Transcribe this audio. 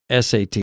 SAT